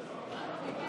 עובד?